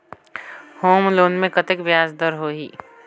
Home loan मे कतेक ब्याज दर होही?